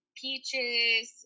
peaches